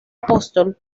apóstol